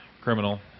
Criminal